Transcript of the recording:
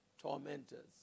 tormentors